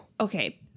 Okay